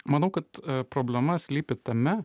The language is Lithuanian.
manau kad problema slypi tame